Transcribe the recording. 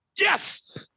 Yes